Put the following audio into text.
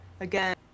again